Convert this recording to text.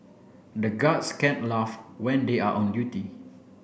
the guards can't laugh when they are on duty